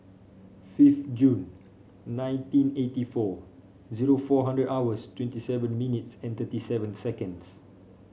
fifth June nineteen eighty four zero four hundred hours twenty seven minutes and thirty seven seconds